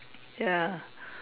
ya